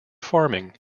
farming